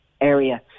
area